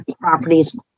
properties